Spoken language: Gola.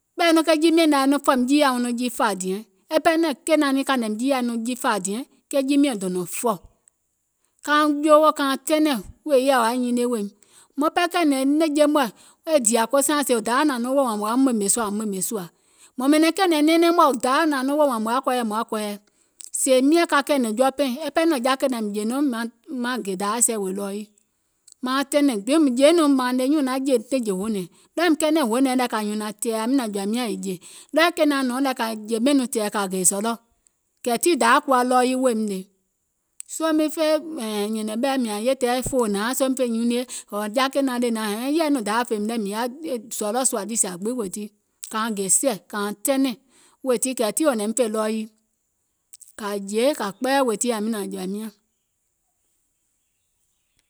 ɓɛ̀i nɔŋ ke jii miɛ̀ŋ naŋ yai nɔŋ fɔ̀ mìŋ jiiyȧa nɔŋ ke jiifȧa diɛŋ, e pɛɛ nɔ̀ŋ kènaŋ niŋ kȧìŋ nɛ mìŋ jiiyȧ nìŋ jiifȧa diɛŋ ke jii miɛ̀ŋ dònȧŋ fɔ̀, kauŋ joowò kauŋ tɛnɛ̀ŋ wèè e yèɛ wò yaȧ nyinie weèim, maŋ pɛɛ kɛ̀ɛ̀nɛ̀ŋ e nɛ̀ŋje mɔ̀ɛ̀ e dìȧ ke saaŋ sèè dayȧ nȧaŋ nɔŋ woò wȧȧŋ wò yȧùm ɓèmè sùȧ wò yàùm ɓèmè sùȧ, mȧŋ ɓɛ̀nɛ̀ŋ kɛ̀ɛ̀nɛ̀ŋ nɛɛnɛŋ mɔ̀ɛ̀ dayȧ nȧaŋ nɔŋ woò wȧȧŋ mùŋ yaȧ kɔɔyɛ mùŋ yaȧ kɔɔyɛ, sèè miȧŋ ka kɛ̀ɛ̀nɛ̀ŋ jɔɔpaìŋ, e pɛɛ nɔ̀ŋ ja kènȧŋ mìŋ jè nɔŋ mìŋ naŋ gè dayȧ sɛ̀ wèè ɗɔɔ yii, mauŋ tɛnɛ̀ŋ gbiŋ jèiŋ nɔŋ mȧȧŋ nèè nyùùŋ naŋ jè nɛ̀ŋjè hoònɛ̀ŋ, ɗɔɔɛ̀ìm kɛɛnɛ̀ŋ hoònɛ̀ŋ lɛ kȧ nyùnȧŋ tɛ̀ɛ̀ yȧwi nȧȧŋ jɔ̀ȧim nyȧŋ è jè, ɗɔɔɛ̀ kènaȧŋ nɔ̀ɔŋ lɛ̀ kȧ jè ɓɛìŋ nɔŋ tɛ̀ɛ̀ kȧ gè zɔlɔ̀, kɛ̀ tii dayȧ kuwa ɗɔɔ yii weèim ngèè, soo miŋ fè nyɛ̀nɛ̀ŋ ɓɛ̀ mìȧŋ yè tɛɛ̀ fòo nȧaŋ sooim fè nyunue, ɔ̀ɔ̀ ja kènaŋ le nȧaŋ, e yèɛ nɔŋ dayȧ fèìm lɛ mìŋ yaȧ zɔlɔ̀ sùȧ niì sìa gbiŋ wèè tii, kauŋ gè sɛ̀ kauŋ tɛnɛ̀ŋ wèè tii kɛ̀ tii wò naim fè wèè ɗɔɔ yii, kȧ jè kȧ kpɛɛƴɛ̀ wèè tii yȧwi nȧȧŋ jɔ̀ȧim nyȧŋ,